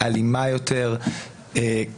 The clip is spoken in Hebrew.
אלימה יותר,